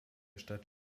stadt